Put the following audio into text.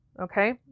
Okay